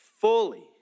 fully